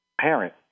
parent